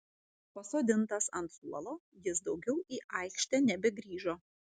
pasodintas ant suolo jis daugiau į aikštę nebegrįžo